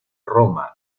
roma